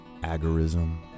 agorism